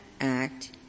act